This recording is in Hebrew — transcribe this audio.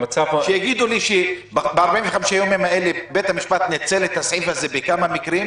שיגידו לי שב-45 הימים האלה בית המשפט ניצל את הסעיף הזה בכמה מקרים.